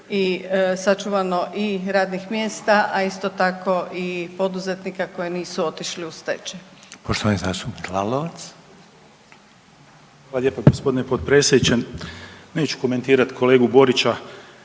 i, sačuvano i radnih mjesta, a isto tako i poduzetnika koji nisu otišli u stečaj.